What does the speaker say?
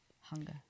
hunger